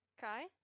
Kai